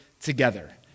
together